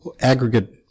aggregate